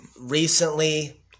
Recently